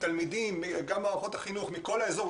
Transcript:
גם מערכות החינוך מכל האזור.